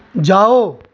जाओ